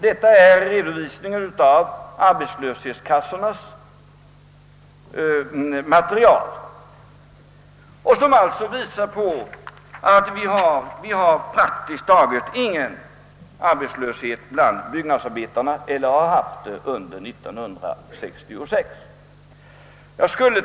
De siffror jag här angivit är hämtade ur arbetslöshetskassornas material, som alltså visar att vi under de senaste månaderna praktiskt taget inte har haft någon arbetslöshet bland byggnadsarbetarna och inte har det i dag heller.